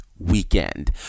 weekend